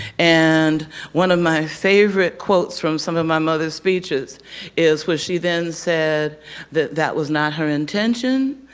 and one of my favorite quotes from some of my mother's speeches is where she then said that that was not her intention,